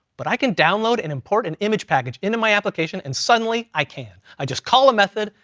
but i can download an important image package into my application, and suddenly i can. i just call a method,